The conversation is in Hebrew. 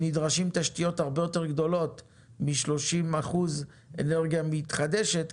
נדרשות תשתיות הרבה יותר גדולות מ-30 אחוזי אנרגיה מתחדשת,